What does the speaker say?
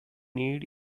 need